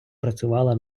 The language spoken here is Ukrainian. працювала